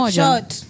short